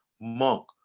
monk